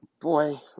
Boy